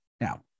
now